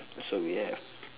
so we have